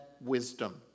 wisdom